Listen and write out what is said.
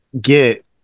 get